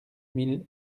mille